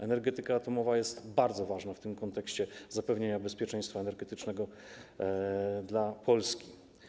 Energetyka atomowa jest bardzo ważna w kontekście zapewnienia bezpieczeństwa energetycznego dla Polski.